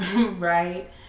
right